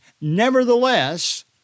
Nevertheless